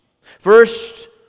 First